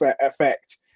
effect